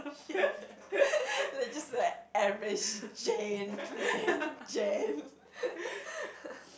shit like just like average jane plain jane